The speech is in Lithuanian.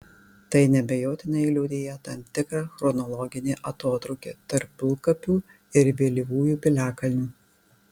tai neabejotinai liudija tam tikrą chronologinį atotrūkį tarp pilkapių ir vėlyvųjų piliakalnių